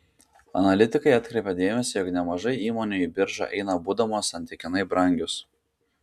analitikai atkreipia dėmesį jog nemažai įmonių į biržą eina būdamos santykinai brangios